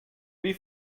wie